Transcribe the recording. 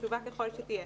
חשובה ככול שתהיה,